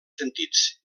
sentits